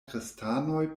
kristanoj